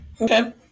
Okay